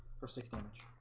four six damage